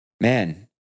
man